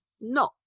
no